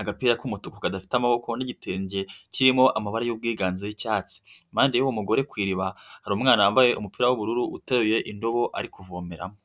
agapira k'umutuku kadafite amaboko, n'igitenge kirimo amaba y'ubwiganze bw'icyatsi. Impande y'uwo mugore ku iriba, hari umwana wambaye umupira w'ubururu uteruye indobo ari kuvomeramo.